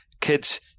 kids